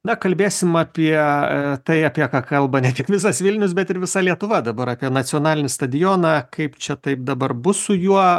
na kalbėsim apie tai apie ką kalba ne tik visas vilnius bet ir visa lietuva dabar apie nacionalinį stadioną kaip čia taip dabar bus su juo